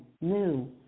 new